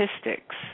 statistics